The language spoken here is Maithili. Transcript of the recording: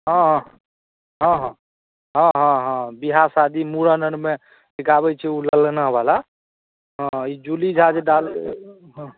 हँहँ हँहँ हँहँ हँ विवाह शादी मूड़नमे गाबै छै ओ ललनावला हँ ई जूली झा जे डालले हँ